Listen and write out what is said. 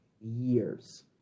years